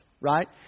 Right